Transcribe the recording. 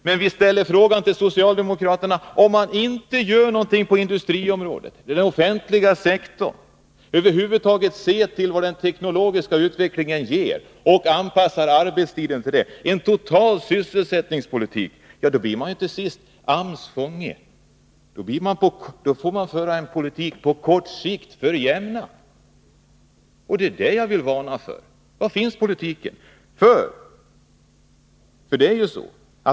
Men jag vill säga till socialdemokraterna: Om man inte gör någonting på industriområdet eller inom den offentliga sektorn eller över huvud taget ser på vad den teknologiska utvecklingen ger och anpassar arbetstiden till det, dvs. går in för en total sysselsättningspolitik, då blir man till sist AMS fånge, och då får man föra en politik på kort sikt för jämnan. Och det är detta jag vill varna för.